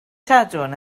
sadwrn